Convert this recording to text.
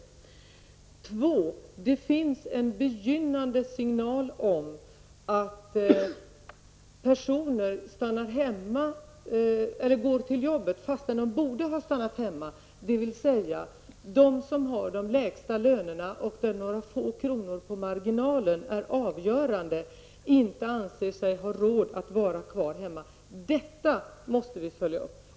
För det andra: Det finns en begynnande signal om att personer går till jobbet fastän de borde ha stannat hemma. För dem som har de lägsta lönerna och som har få kronor på marginalen är detta avgörande för att de inte skall anse sig ha råd att vara hemma. Detta måste vi följa upp.